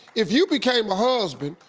if you became a husband,